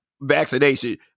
vaccination